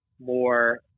more